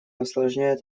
осложняет